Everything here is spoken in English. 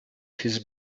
his